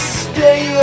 stay